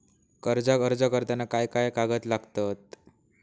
कर्जाक अर्ज करताना काय काय कागद लागतत?